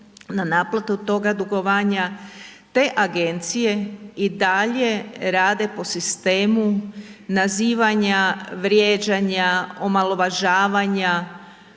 na naplatu toga dugovanja te agencije i dalje po sistemu nazivanja, vrijeđanja, omalovažavanja.